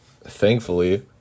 thankfully